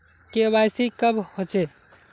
KYC कब होचे?